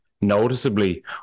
noticeably